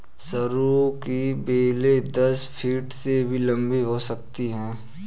सरू की बेलें दस फीट से भी लंबी हो सकती हैं